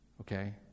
okay